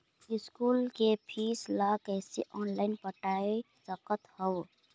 School के fees ला कैसे ऑनलाइन पटाए सकत हव?